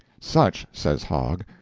such, says hogg,